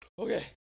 Okay